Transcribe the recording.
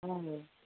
ꯎꯝ